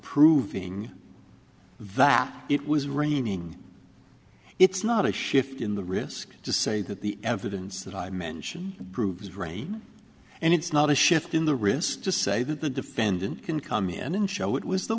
proving that it was raining it's not a shift in the risk to say that the evidence that i mention proves rain and it's not a shift in the wrist just say that the defendant can come in and show it was the